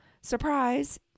surprise